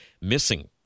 missing